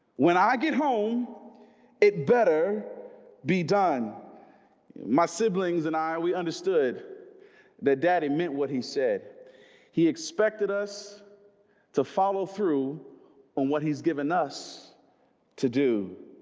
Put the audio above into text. when i get home it better be done my siblings and i are we understood that daddy meant what he said he expected us to follow through on what he's given us to do